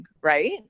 Right